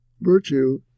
virtue